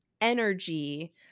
energy